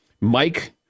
Mike